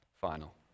final